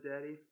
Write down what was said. Daddy